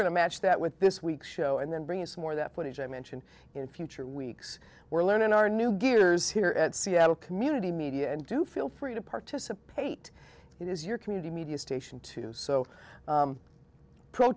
going to match that with this week's show and then bring in more of that footage i mentioned in future weeks we're learning our new gears here at seattle community media and do feel free to participate it is your community media station too so